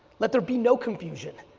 let there be no confusion.